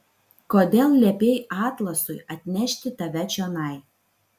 kodėl liepei atlasui atnešti tave čionai